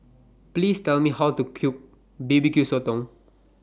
Please Tell Me How to Cook B B Q Sotong